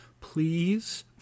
Please